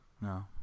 No